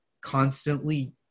constantly